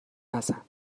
نزن